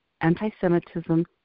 anti-Semitism